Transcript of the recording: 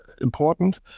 important